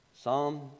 Psalm